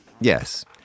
yes